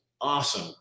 awesome